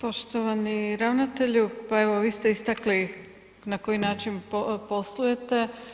Poštovani ravnatelju, pa evo vi ste istakli na koji način poslujete.